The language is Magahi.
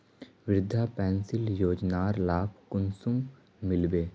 वृद्धा पेंशन योजनार लाभ कुंसम मिलबे?